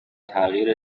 تغییر